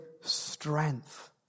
strength